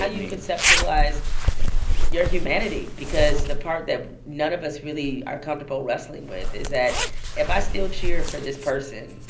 you conceptualize your humanity because the part that none of us really are comfortable wrestling with is that if i still cheered for this person,